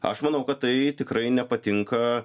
aš manau kad tai tikrai nepatinka